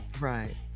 Right